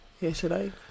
yesterday